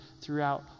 throughout